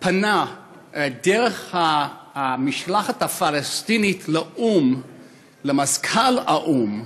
פנה דרך המשלחת הפלסטינית לאו"ם, למזכ"ל האו"ם,